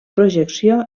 projecció